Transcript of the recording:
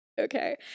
okay